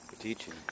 Teaching